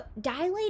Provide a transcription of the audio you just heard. dilate